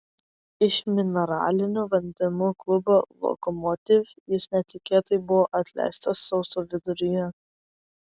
iš mineralinių vandenų klubo lokomotiv jis netikėtai buvo atleistas sausio viduryje